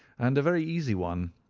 and a very easy one,